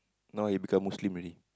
now he become Muslim already